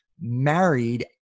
married